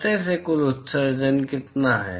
सतह i से कुल उत्सर्जन कितना है